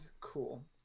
Cool